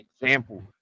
example